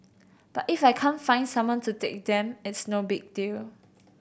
but if I can't find someone to take them it's no big deal